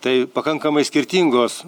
tai pakankamai skirtingos